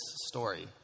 story